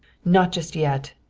not just yet,